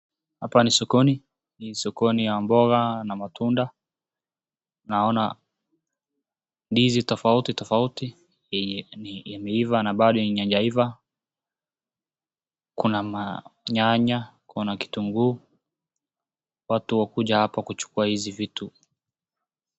Hapa ni sokoni, ni sokoni ya mboga na matunda naona ndizi tofauti tofauti yenye imeiva na bado yenye haijaiva, kuna manyanya, kuna kitunguu. Watu wakuje hapa kuchukua hizi vitu.